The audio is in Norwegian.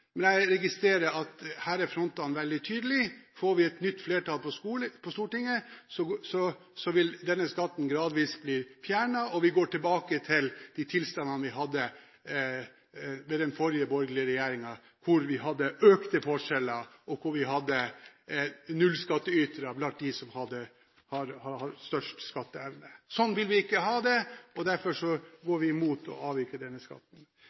men jeg registrerer at her er frontene veldig tydelige. Får vi et nytt flertall på Stortinget, vil denne skatten gradvis bli fjernet, og vi går tilbake til de tilstandene vi hadde under den forrige borgerlige regjeringen, hvor vi hadde økte forskjeller, og hvor vi hadde nullskatteytere blant dem med størst skatteevne. Sånn vil vi ikke ha det. Derfor går vi imot å avvikle denne skatten.